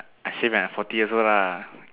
I say when I forty years old lah